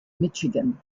michigan